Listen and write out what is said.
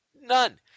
None